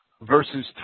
Verses